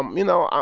um you know, um